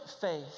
faith